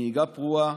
נהיגה פרועה,